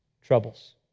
troubles